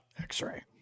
X-ray